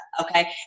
okay